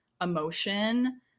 emotion